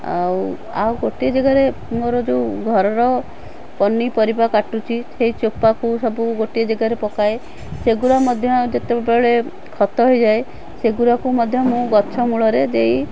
ଆଉ ଆଉ ଗୋଟିଏ ଜାଗାରେ ମୋର ଯେଉଁ ଘରର ପନିପରିବା କାଟୁଛି ସେଇ ଚୋପାକୁ ସବୁ ଗୋଟିଏ ଜାଗାରେ ପକାଏ ସେଗୁଡ଼ା ମଧ୍ୟ ଯେତେବେଳେ ଖତ ହୋଇଯାଏ ସେଗୁଡ଼ାକୁ ମଧ୍ୟ ମୁଁ ଗଛ ମୂଳରେ ଦେଇ